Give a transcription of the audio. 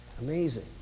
Amazing